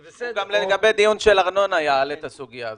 הוא גם לגבי דיון על ארנונה יעלה את הסוגיה הזאת.